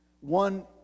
One